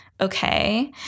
okay